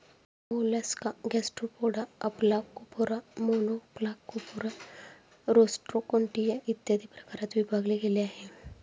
Mollusca gastropoda, aplacophora, monoplacophora, rostroconchia, इत्यादी प्रकारात विभागले गेले आहे